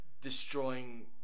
destroying